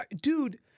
Dude